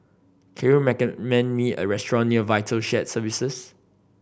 can you recommend me a restaurant near Vital Shared Services